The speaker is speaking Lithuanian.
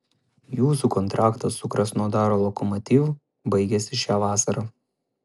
jūsų kontraktas su krasnodaro lokomotiv baigiasi šią vasarą